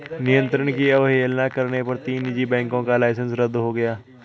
नियंत्रण की अवहेलना करने पर तीन निजी बैंकों का लाइसेंस रद्द हो गया